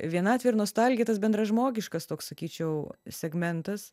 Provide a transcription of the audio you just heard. vienatvė ir nostalgija tas bendražmogiškas toks sakyčiau segmentas